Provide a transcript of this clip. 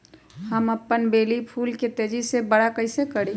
हम अपन बेली फुल के तेज़ी से बरा कईसे करी?